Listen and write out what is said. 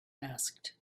asked